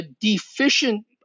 deficient